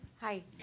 Hi